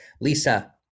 Lisa